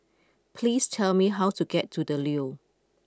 please tell me how to get to The Leo